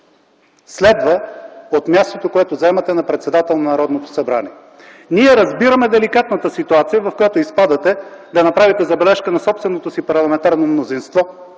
следва, от мястото, което заемате - на председател на Народното събрание. Ние разбираме деликатната ситуация, в която изпадате – да направите забележка на собственото си парламентарно мнозинство,